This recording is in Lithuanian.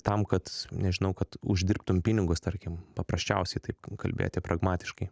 tam kad nežinau kad uždirbtum pinigus tarkim paprasčiausiai taip kalbėti pragmatiškai